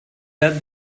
dead